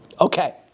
Okay